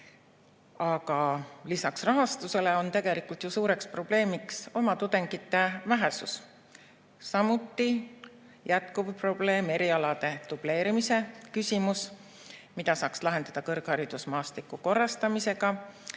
Lisaks rahastusele on suureks probleemiks oma tudengite vähesus, samuti on jätkuv probleem erialade dubleerimise küsimus, mida saaks lahendada kõrgharidusmaastiku korrastamisega.